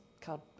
called